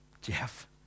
Jeff